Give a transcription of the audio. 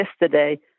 yesterday